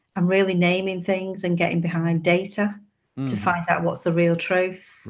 um really naming things and getting behind data to find out what's the real truth. right,